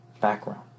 background